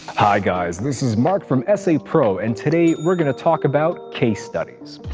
hi guys, this is mark from essaypro, and today we're going to talk about case studies.